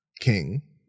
king